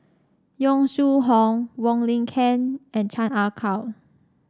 Yong Shu Hoong Wong Lin Ken and Chan Ah Kow